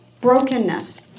brokenness